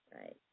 Right